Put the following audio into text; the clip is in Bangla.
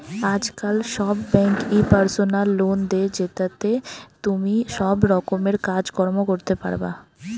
আজকাল সব বেঙ্কই পার্সোনাল লোন দে, জেতাতে তুমি সব রকমের কাজ কর্ম করতে পারবা